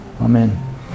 Amen